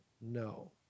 No